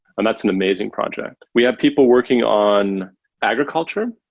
and that's an amazing project. we had people working on agriculture.